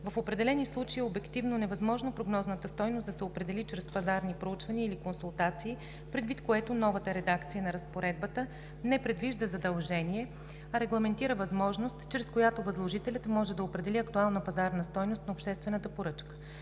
В определени случаи е обективно невъзможно прогнозната стойност да се определи чрез пазарни проучвания или консултации, предвид което новата редакция на разпоредбата не предвижда задължение, а регламентира възможност, чрез която възложителят може да определи актуалната пазарна стойност на обществената поръчка.